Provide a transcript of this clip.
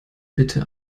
bitte